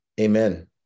Amen